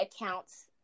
accounts